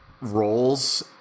roles